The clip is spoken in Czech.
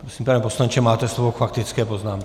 Prosím, pane poslanče, máte slovo k faktické poznámce.